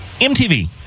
MTV